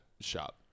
shop